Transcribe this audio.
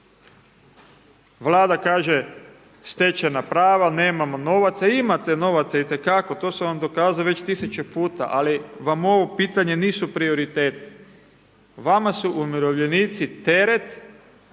Vlada kaže stečajna prava, nemamo novaca, imate novaca itekako, to sam vam dokazao već tisuću puta ali vam ovo pitanje nisu prioriteti. Vama su umirovljenici teret